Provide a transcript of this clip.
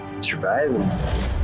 surviving